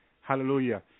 Hallelujah